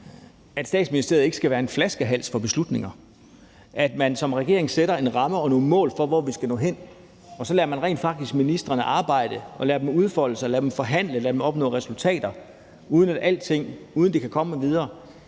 at Statsministeriet ikke skal være en flaskehals for beslutninger, og at man som regering sætter en ramme og nogle mål for, hvor vi skal nå hen, og så rent faktisk lader ministrene arbejde, lader dem udfolde sig, lader dem forhandle og lader dem opnå resultater, uden at alting bliver blokeret,